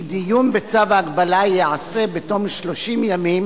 כי דיון בצו ההגבלה ייעשה בתום 30 ימים